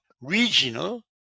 regional